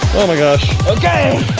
oh my gosh. okay.